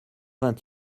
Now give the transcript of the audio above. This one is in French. vingt